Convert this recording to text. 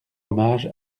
hommage